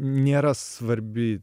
nėra svarbi